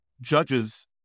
judges